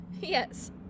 Yes